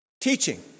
teaching